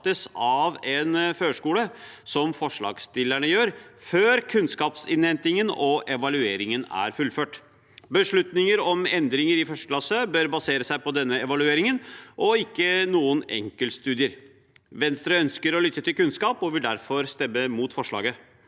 av en førskole, som forslagsstillerne gjør, før kunnskapsinnhentingen og evalueringen er fullført. Beslutninger om endringer i 1. klasse bør basere seg på denne evalueringen og ikke på noen enkeltstudier. Venstre ønsker å lytte til kunnskap og vil derfor stemme mot forslaget.